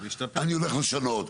אני הולך לשנות,